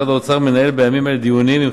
משרד האוצר מנהל בימים אלה דיונים עם